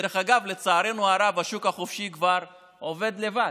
דרך אגב, לצערנו הרב, השוק החופשי כבר עובד לבד,